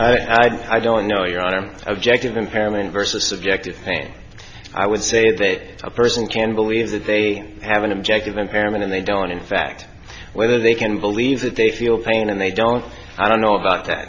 well i don't know you're i am objective impairment versus subjective pain i would say that a person can believe that they have an objective impairment and they don't in fact whether they can believe that they feel pain and they don't i don't know about that